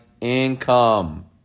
income